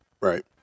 Right